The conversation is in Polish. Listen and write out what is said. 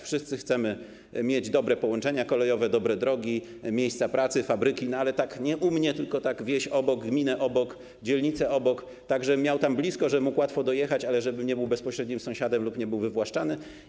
Wszyscy chcemy mieć dobre połączenia kolejowe, dobre drogi, miejsca pracy, fabryki, ale mówimy: nie u mnie, tylko we wsi obok, w gminie obok, w dzielnicy obok, tak żebym miał tam blisko, żebym mógł łatwo dojechać, ale żebym nie był bezpośrednim sąsiadem lub nie był wywłaszczany.